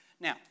Now